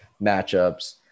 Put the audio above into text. matchups